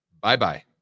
bye-bye